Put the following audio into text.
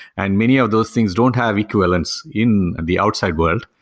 and many of those things don't have equivalents in the outside world.